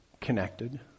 connected